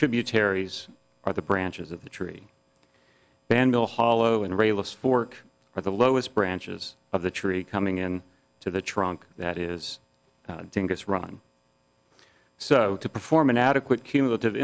tributaries or the branches of the tree banda hollow in rayless fork or the lowest branches of the tree coming in to the trunk that is dangerous run so to perform an adequate cumulative